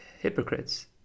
hypocrites